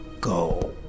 Go